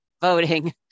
voting